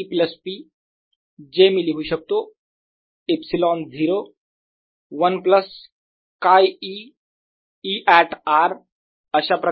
E plus P जे मी लिहू शकतो ε0 1 plus 𝝌e E at r अशाप्रकारे